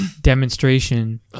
demonstration